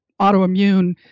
autoimmune